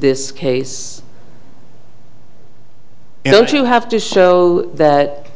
this case don't you have to show that